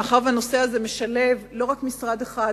מאחר שהנושא הזה משלב לא רק משרד אחד,